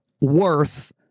worth